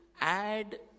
add